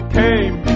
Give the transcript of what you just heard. came